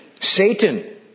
Satan